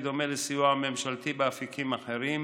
בדומה לסיוע ממשלתי באפיקים אחרים,